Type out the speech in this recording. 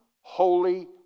holy